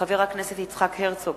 חבר הכנסת יצחק הרצוג,